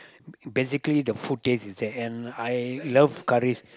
basically the food taste is there and I love curry